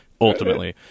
ultimately